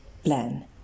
plan